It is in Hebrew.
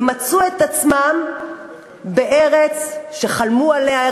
הם מצאו את עצמם בארץ שחלמו עליה,